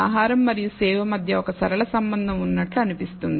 ఆహారం మరియు సేవ మధ్య ఒక సరళ సంబంధం ఉన్నట్లు అనిపిస్తుంది